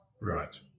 Right